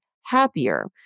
happier